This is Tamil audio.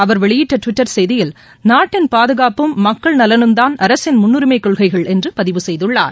அவர்வெளியிட்ட டுவிட்டர் செய்தியில் நாட்டின் பாதுகாப்பும் மக்கள் நலனும்தான் அரசின் முன்னுரிமை கொள்கைகள் என்று பதிவு செய்துள்ளார்